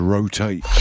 Rotate